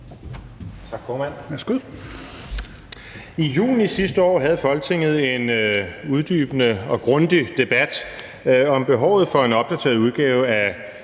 I juni sidste år havde Folketinget en uddybende og grundig debat om behovet for en opdateret udgave af